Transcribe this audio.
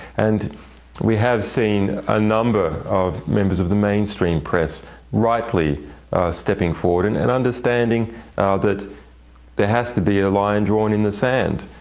and we have seen a number of members of the mainstream press rightly stopping forward and and understanding that there has to be a line drawn in the sand,